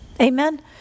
Amen